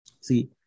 See